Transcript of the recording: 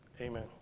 Amen